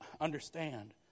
understand